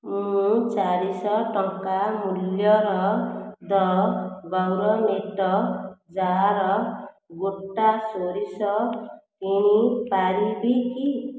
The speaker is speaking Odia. ମୁଁ ଚାରିଶହ ଟଙ୍କା ମୂଲ୍ୟର ଦ ଗୌରନେଟ ଜାର ଗୋଟା ସୋରିଷ କିଣିପାରିବି କି